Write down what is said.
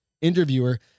Interviewer